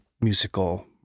musical